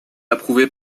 approuvé